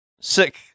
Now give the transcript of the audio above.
sick